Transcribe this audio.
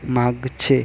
मागचे